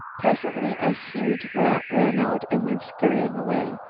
presently a huge rat ran out and went scurrying away.